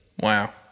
Wow